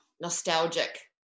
nostalgic